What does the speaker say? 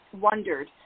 wondered